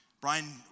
Brian